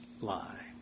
lie